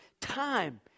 time